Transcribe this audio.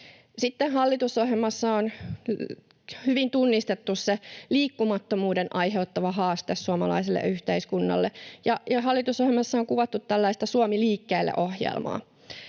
hallitusohjelmassa on hyvin tunnistettu liikkumattomuuden aiheuttama haaste suomalaiselle yhteiskunnalle, ja hallitusohjelmassa on kuvattu tällaista Suomi liikkeelle ‑ohjelmaa.